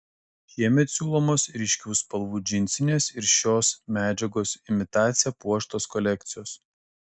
šiemet siūlomos ryškių spalvų džinsinės ir šios medžiagos imitacija puoštos kolekcijos